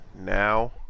now